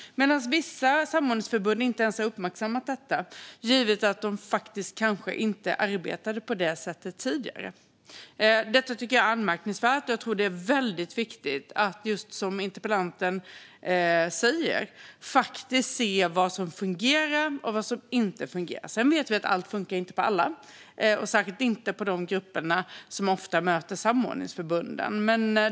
Men vissa samordningsförbund har inte ens uppmärksammat detta, givet att de faktiskt kanske inte arbetade på detta sätt tidigare. Det tycker jag är anmärkningsvärt. Jag tror att det är väldigt viktigt, som interpellanten säger, att faktiskt se vad som fungerar och vad som inte fungerar. Sedan vet vi att allt inte funkar på alla, särskilt inte på de grupper som ofta möter samordningsförbunden.